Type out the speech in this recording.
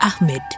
Ahmed